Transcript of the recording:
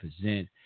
present